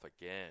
again